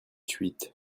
huit